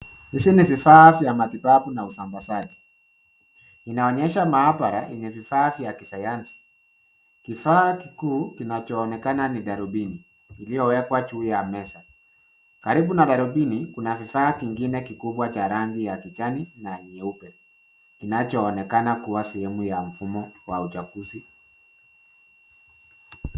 Hizi ni vifaa vya matibabu na usambazaji. Inaonyesha maabara yenye vifaa vya kisayanzi. Kifaa kikuu kinachoonekana ni darubini, iliyowekwa juu ya meza. Karibu na darubini, kuna kifaa kingine kikubwa cha rangi ya kijani na nyeupe, kinachoonekana kua sehemu ya mfumo wa uchaguzi.